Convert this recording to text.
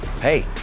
Hey